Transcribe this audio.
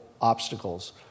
obstacles